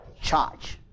charge